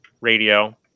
radio